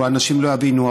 או אנשים לא יבינו,